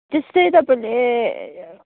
त्यस्तै तपाईँले